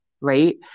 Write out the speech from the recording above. right